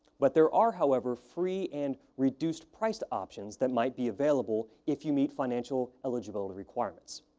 but there are, however, free and reduced-priced options that might be available if you meet financial eligibility requirements.